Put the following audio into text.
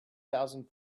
thousand